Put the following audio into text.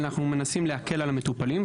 אנחנו מנסים להקל על המטופלים,